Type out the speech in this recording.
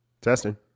testing